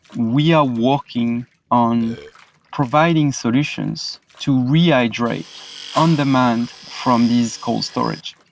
we are working on providing solutions to rehydrate on-demand from these cold storage,